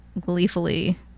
gleefully